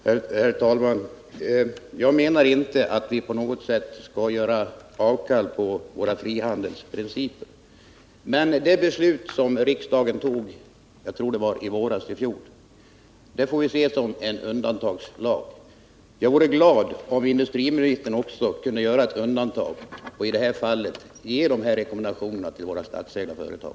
Herr talman! Jag menar inte att vi på något sätt skall göra avkall på våra frihandelsprinciper. Men den lag som riksdagen fattat beslut om ”på detta område — jag tror det var i fjol våras — får vi se som en undantagslag. Jag vore glad om industriministern också kunde göra ett undantag och i det här fallet ge dessa rekommendationer till våra statsägda företag.